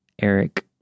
Eric